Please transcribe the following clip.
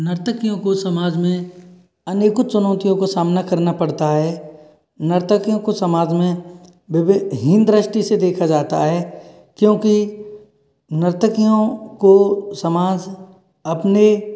नर्तकियों को समाज में अनेकों चुनौतियों को सामना करना पड़ता है नर्तकियों को समाज में विभिन्न हीन दृष्टि से देखा जाता है क्योंकि नर्तकियों को समाज अपने